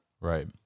Right